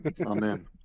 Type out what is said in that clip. amen